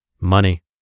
Money